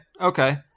Okay